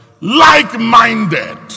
Like-minded